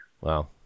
Wow